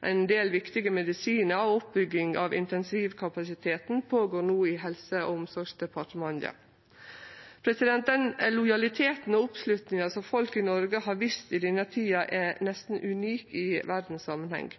ein del viktige medisinar og oppbygging av intensivkapasiteten går no føre seg i Helse- og omsorgsdepartementet. Den lojaliteten og oppslutninga som folk i Noreg har vist i denne tida, er nesten unik i verdssamanheng.